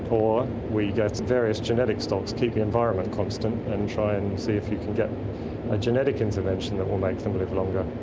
or we get various genetic stocks, keep the environment constant, and try and see if you can get a genetic intervention that will make them live longer.